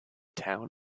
town